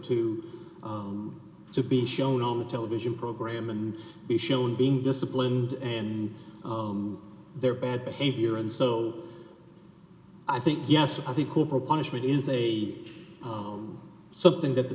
to be shown on the television program and be shown being disciplined and their bad behavior and so i think yes i think corporal punishment is a zero something that the